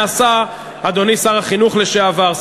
אדוני שר החינוך לשעבר,